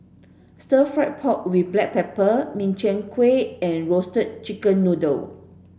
stir fry pork with black pepper Min Chiang Kueh and roasted chicken noodle